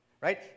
Right